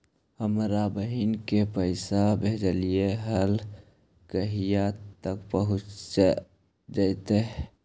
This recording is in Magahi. हमरा बहिन के पैसा भेजेलियै है कहिया तक पहुँच जैतै?